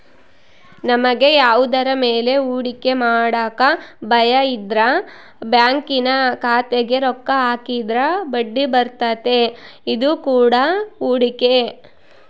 ನಮಗೆ ಯಾವುದರ ಮೇಲೆ ಹೂಡಿಕೆ ಮಾಡಕ ಭಯಯಿದ್ರ ಬ್ಯಾಂಕಿನ ಖಾತೆಗೆ ರೊಕ್ಕ ಹಾಕಿದ್ರ ಬಡ್ಡಿಬರ್ತತೆ, ಇದು ಕೂಡ ಹೂಡಿಕೆ